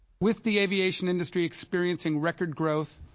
with the aviation industry experiencing record growth,